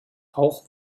auch